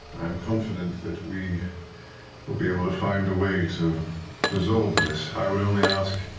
i am confident that we will be able to find a way to resolve this. i would only ask,